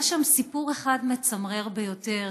היה שם סיפור אחד מצמרר ביותר,